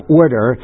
order